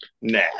Nah